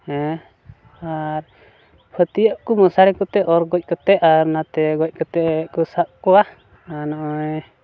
ᱦᱮᱸ ᱟᱨ ᱯᱷᱟᱹᱛᱭᱟᱹᱜ ᱠᱚ ᱢᱚᱥᱟᱨᱤ ᱠᱚᱛᱮ ᱚᱨ ᱜᱚᱡ ᱠᱟᱛᱮᱫ ᱟᱨ ᱚᱱᱟᱛᱮ ᱜᱚᱡ ᱠᱟᱛᱮᱫ ᱠᱚ ᱥᱟᱵ ᱠᱚᱣᱟ ᱱᱚᱜᱼᱚᱸᱭ